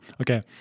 Okay